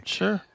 sure